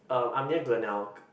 um I'm near Glenelg